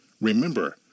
Remember